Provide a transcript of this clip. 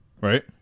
right